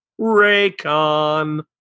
Raycon